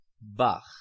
Bach